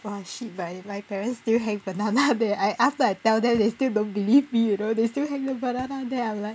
!wah! shit but like parents still hang the banana there I after I tell them they still don't believe me you know they still hang the banana there I'm like